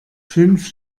fünf